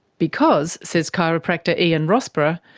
because, says chiropractor ian rossborough,